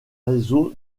réseau